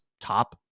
top